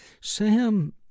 Sam